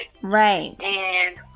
Right